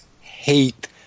hate